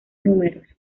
números